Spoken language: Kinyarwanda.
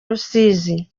rusizi